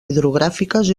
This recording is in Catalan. hidrogràfiques